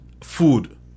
food